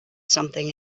something